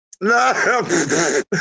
No